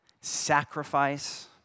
sacrifice